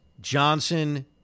Johnson